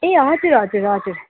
ए हजुर हजुर हजुर